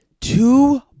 two